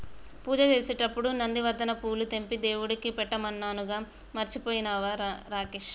పూజ చేసేటప్పుడు నందివర్ధనం పూలు తెంపి దేవుడికి పెట్టమన్నానుగా మర్చిపోయినవా రాకేష్